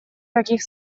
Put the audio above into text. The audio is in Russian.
таких